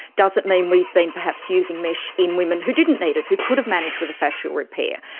does it mean we've been perhaps using mesh in women who didn't need it, who could have managed with a fascial repair?